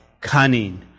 cunning